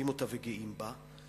אותה וגאים בה.